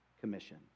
commission